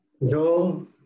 No